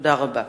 תודה רבה.